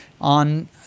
on